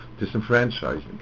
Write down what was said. disenfranchising